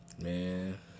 Man